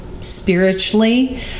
spiritually